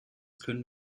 können